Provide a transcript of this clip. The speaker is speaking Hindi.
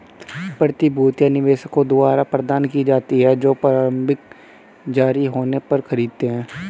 प्रतिभूतियां निवेशकों द्वारा प्रदान की जाती हैं जो प्रारंभिक जारी होने पर खरीदते हैं